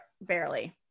barely